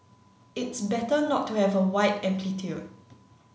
it's better not to have a wide amplitude